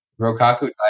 rokaku